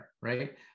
right